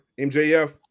mjf